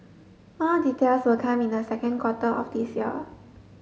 more details will come in the second quarter of this year